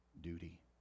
duty